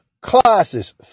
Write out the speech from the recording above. classes